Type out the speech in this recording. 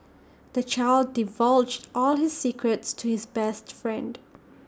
the child divulged all his secrets to his best friend